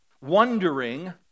wondering